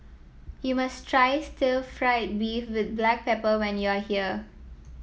you must try Stir Fried Beef with Black Pepper when you are here